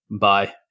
Bye